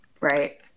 Right